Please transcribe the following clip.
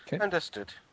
Understood